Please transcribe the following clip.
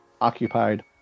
occupied